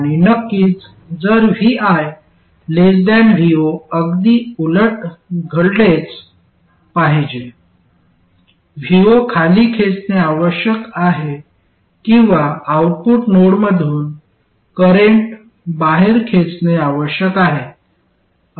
आणि नक्कीच जर vi vo अगदी उलट घडलेच पाहिजे vo खाली खेचणे आवश्यक आहे किंवा आउटपुट नोडमधून करंट बाहेर खेचणे आवश्यक आहे